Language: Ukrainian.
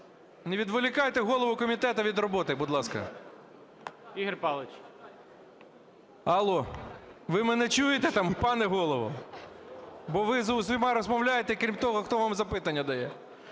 Не відволікайте голову комітету від роботи, будь ласка. Алло! Ви мене чуєте там, пане голово? Бо ви з усіма розмовляєте крім того, хто вам запитання дає.